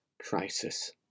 crisis